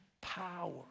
power